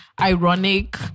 ironic